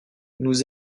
nous